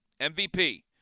MVP